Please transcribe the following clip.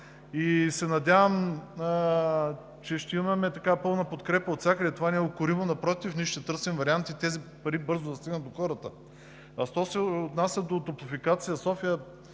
И се надявам, че ще имаме пълна подкрепа отвсякъде. Това не е укоримо, напротив, ние ще търсим варианти тези пари бързо да стигнат до хората. А що се отнася до Топлофикация – София,